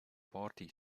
party